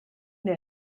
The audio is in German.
der